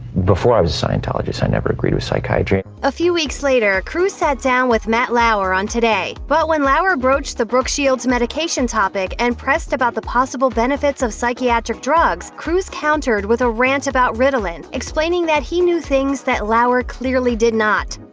before i was a scientologist i never agreed with psychiatry. a few weeks later, cruise sat down with matt lauer on today. but when lauer broached the brooke shields medication topic, and pressed about the possible benefits of psychiatric drugs, cruise countered with a rant about about ritalin, explaining that he knew things that lauer clearly did not.